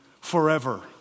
forever